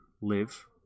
live